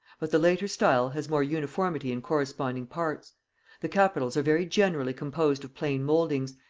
but the later style has more uniformity in corresponding parts the capitals are very generally composed of plain mouldings,